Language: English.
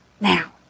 now